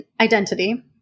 identity